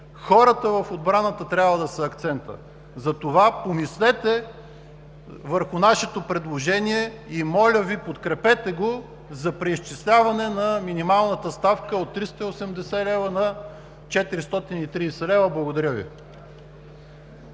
хората в отбраната трябва да са акцентът. Затова помислете върху нашето предложение и, моля Ви, подкрепете го за преизчисляване на минималната ставка от 380 лв. на 430 лв. Благодаря Ви.